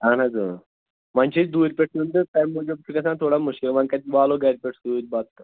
اَہَن حظ وۄنۍ چھِ أسۍ دوٗرِ پٮ۪ٹھ یُن تہٕ تَمہِ موٗجوٗب چھُ گژھان تھوڑا مُشکِل وۄنۍ کَتہِ والو گرِ پٮ۪ٹھ سۭتۍ بَتہٕ تہٕ